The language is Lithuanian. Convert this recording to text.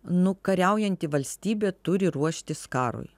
nu kariaujanti valstybė turi ruoštis karui